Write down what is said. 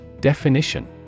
Definition